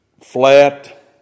flat